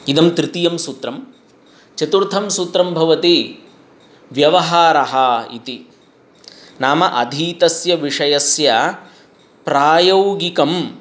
इदं तृतीयं सूत्रं चतुर्थं सूत्रं भवति व्यवहारः इति नाम अधीतस्य विषयस्य प्रायोगिकं